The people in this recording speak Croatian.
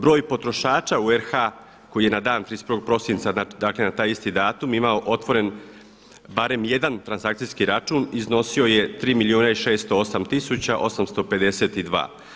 Broj potrošača u RH koji je na dan 31. prosinca, dakle na taj isti datum imao otvoren barem jedan transakcijski račun iznosio je 3 milijuna i 608 tisuća 852.